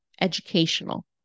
educational